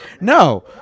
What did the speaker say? No